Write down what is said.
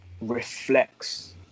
reflects